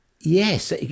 Yes